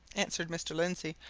answered mr. lindsey.